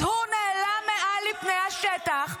אז הוא נעלם מפני השטח.